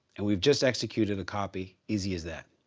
and we've just executed a copy. easy as that.